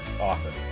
often